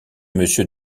monsieur